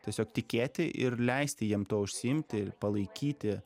tiesiog tikėti ir leisti jiem tuo užsiimti palaikyti